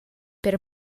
per